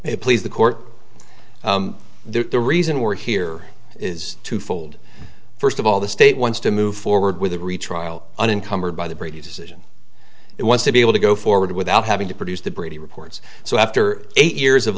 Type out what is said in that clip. it please the court there the reason we're here is twofold first of all the state wants to move forward with a retrial uncovered by the brady decision it wants to be able to go forward without having to produce the brady reports so after eight years of